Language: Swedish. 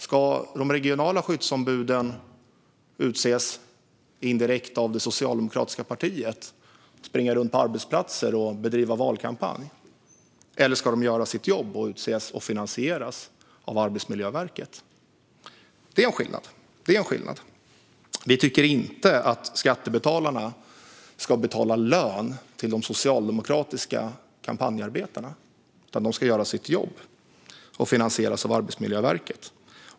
Ska de regionala skyddsombuden utses indirekt av det socialdemokratiska partiet och springa runt på arbetsplatser och bedriva valkampanj? Eller ska de göra sitt jobb och utses och finansieras av Arbetsmiljöverket? Det är en skillnad. Vi tycker inte att skattebetalarna ska betala lön till de socialdemokratiska kampanjarbetarna. Skyddsombuden ska göra sitt jobb och finansieras av Arbetsmiljöverket.